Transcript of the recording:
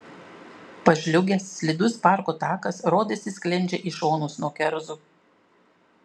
pažliugęs slidus parko takas rodėsi sklendžia į šonus nuo kerzų